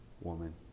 Woman